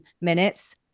minutes